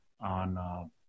on